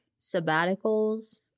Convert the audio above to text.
sabbaticals